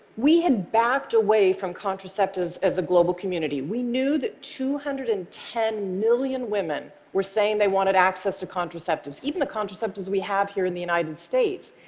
we had backed away from contraceptives as a global community. we knew that two hundred and ten million women were saying they wanted access to contraceptives, even the contraceptives we have here in the united states,